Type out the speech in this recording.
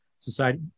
Society